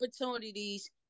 opportunities